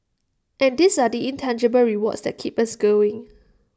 and these are the intangible rewards that keep us going